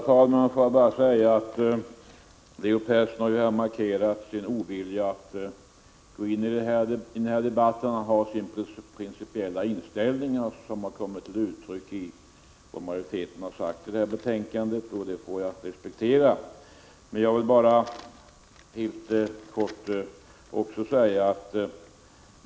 Herr talman! Leo Persson har markerat sin ovilja att gå in i denna debatt. Han har sin principiella inställning, vilken har kommit till uttryck i majoritetsskrivningen i betänkandet. Detta får jag respektera.